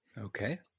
Okay